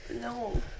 No